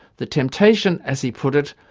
the temptation as he put it,